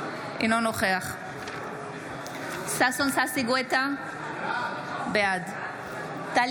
אינו נוכח ששון ששי גואטה, בעד טלי